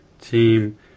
team